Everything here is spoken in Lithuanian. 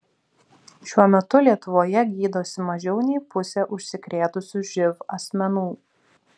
šiuo metu lietuvoje gydosi mažiau nei pusė užsikrėtusių živ asmenų